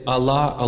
Allah